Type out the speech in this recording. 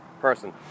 person